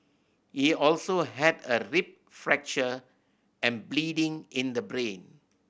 he also had a rib fracture and bleeding in the brain